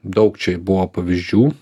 daug čia buvo pavyzdžių